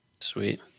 Sweet